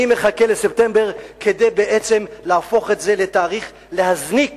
אני מחכה לספטמבר כדי להפוך את זה לתאריך, להזניק